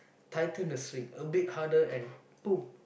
tighten the string a bit harder and boom